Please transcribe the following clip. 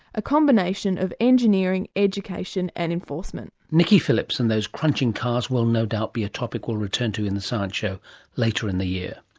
a combination of engineering, education and enforcement. nicky phillips and those crunching cars will no doubt be a topic we'll return to in the science show later in the year.